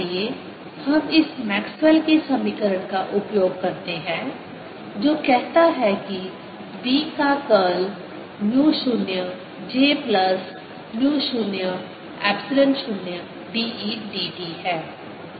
आइए अब हम मैक्सवेल Maxwell's के समीकरण का उपयोग करते हैं जो कहता है कि B का curl mu 0 j plus mu 0 epsilon 0 d E d t है